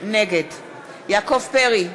נגד יעקב פרי,